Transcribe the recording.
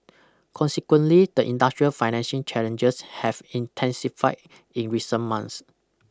consequently the industrial financing challenges have intensified in recent months